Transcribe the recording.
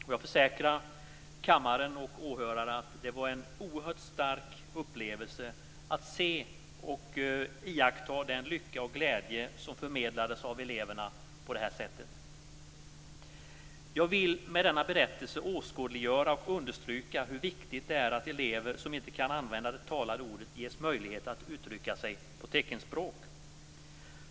Jag kan försäkra kammarens ledamöter och åhörare att det var en oerhört stark upplevelse att se och iaktta den lycka och glädje som förmedlades av eleverna på det här sättet. Jag vill med denna berättelse åskådliggöra och understryka hur viktigt det är att elever som inte kan använda det talade ordet ges möjlighet att uttrycka sig på teckenspråk.